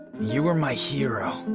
you were my hero,